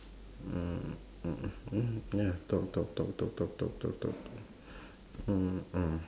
mm mm ya talk talk talk talk talk talk talk talk mm